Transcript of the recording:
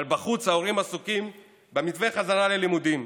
אבל בחוץ ההורים עסוקים במתווה חזרה ללימודים.